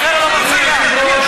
אדוני היושב-ראש,